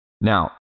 Now